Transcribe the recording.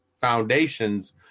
foundations